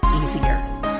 easier